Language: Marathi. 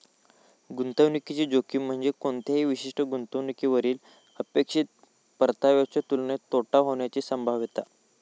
गुंतवणुकीची जोखीम म्हणजे कोणत्याही विशिष्ट गुंतवणुकीवरली अपेक्षित परताव्याच्यो तुलनेत तोटा होण्याची संभाव्यता